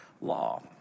law